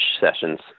Sessions